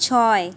ছয়